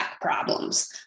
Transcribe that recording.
problems